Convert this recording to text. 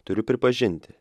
turiu pripažinti